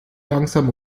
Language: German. langsam